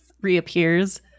reappears